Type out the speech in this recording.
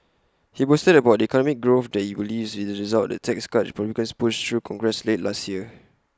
he boasted about the economic growth he believes will result the tax cuts republicans pushed through congress late last year